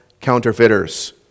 counterfeiters